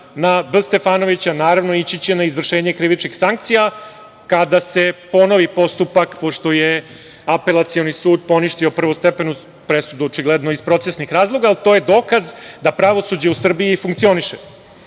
na B. Stefanovića naravno ići će na izvršenje krivičnih sankcija kada se ponovi postupak, pošto je Apelacioni sud poništio prvostepenu presudu. Očigledno iz procesnih razloga. To je dokaz da pravosuđe u Srbiji funkcioniše.